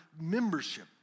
membership